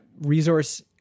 resource